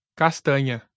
castanha